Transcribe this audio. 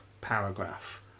paragraph